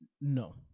no